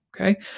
Okay